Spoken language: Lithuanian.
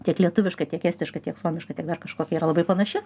tiek lietuviška tiek estiška tiek suomiška tiek dar kažkokia yra labai panaši